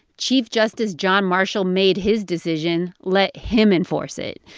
chief justice john marshall made his decision let him enforce it.